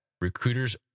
Recruiters